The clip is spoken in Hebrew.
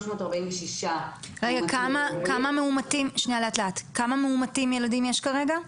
ושישה, כמה מאומתים ילדים יש כרגע?